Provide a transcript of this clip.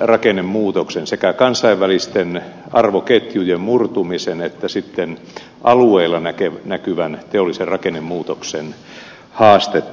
rakennemuutoksen sekä kansainvälisten arvoketjujen murtumisen että sitten alueilla näkyvän teollisen rakennemuutoksen haastetta